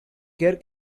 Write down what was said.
care